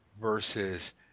versus